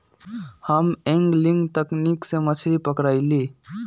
हम एंगलिंग तकनिक से मछरी पकरईली